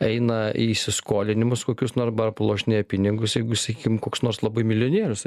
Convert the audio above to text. eina į įsiskolinimus kokius nu arba pralošinėja pinigus jeigu sakykim koks nors labai milijonierius